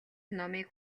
номыг